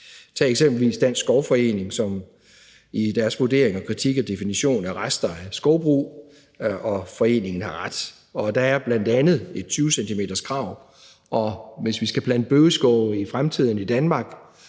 Tag eksempelvis Dansk Skovforening i deres vurdering og kritik af definitionen af rester af skovbrug. Foreningen har ret. Der er bl.a. et 20-centimeterskrav, og hvis vi skal plante bøgeskov i fremtiden i Danmark,